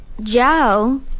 Joe